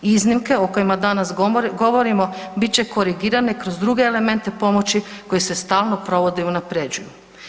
Iznimke o kojima danas govorimo bit će korigirane kroz druge elemente pomoći koji se stalno provode i unapređuju.